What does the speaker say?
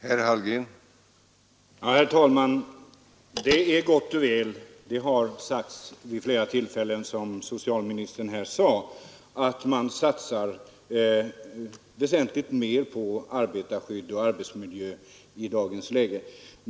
Herr talman! Det är gott och väl — det har sagts vid flera tillfällen, som socialministern här sade — att man satsar väsentligt mer på arbetarskydd och arbetsmiljö i dagens läge.